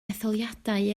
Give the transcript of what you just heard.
etholiadau